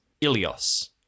Ilios